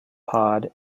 pod